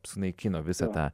sunaikino visą tą